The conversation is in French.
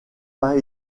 pas